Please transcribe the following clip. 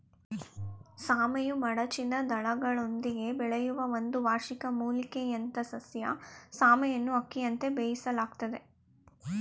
ಸಾಮೆಯು ಮಡಚಿದ ದಳಗಳೊಂದಿಗೆ ಬೆಳೆಯುವ ಒಂದು ವಾರ್ಷಿಕ ಮೂಲಿಕೆಯಂಥಸಸ್ಯ ಸಾಮೆಯನ್ನುಅಕ್ಕಿಯಂತೆ ಬೇಯಿಸಲಾಗ್ತದೆ